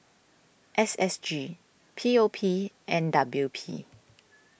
S S G P O P and W P